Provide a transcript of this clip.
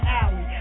alley